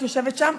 את יושבת שם,